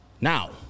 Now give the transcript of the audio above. now